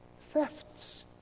Thefts